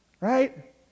right